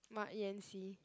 mark Yanxi